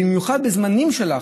במיוחד בזמנים של לחץ,